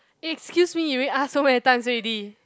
eh excuse me you already ask so many times already